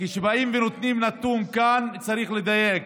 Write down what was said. שכשבאים ונותנים נתון כאן, צריך לדייק.